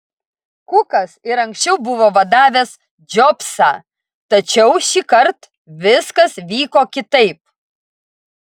kukas ir anksčiau buvo vadavęs džobsą tačiau šįkart viskas vyko kitaip